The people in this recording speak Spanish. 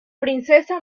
princesa